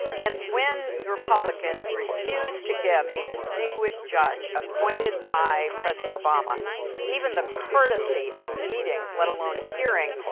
and when the republicans refused to give a distinguished judge appointed by president obama even the courtesy of meetings let alone a hearing,